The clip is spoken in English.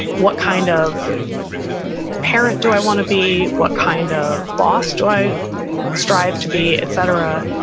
what kind of parent do i want to be? what kind of boss do i strive to be, et cetera.